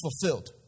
fulfilled